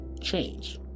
change